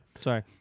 Sorry